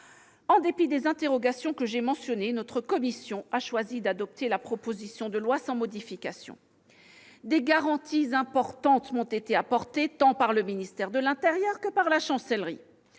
en dépit des interrogations que j'ai mentionnées, notre commission a choisi d'adopter la proposition de loi sans modification. Des garanties importantes m'ont été apportées, tant par le ministère de l'intérieur que par la Chancellerie,